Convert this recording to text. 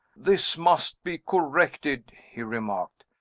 this must be corrected, he remarked.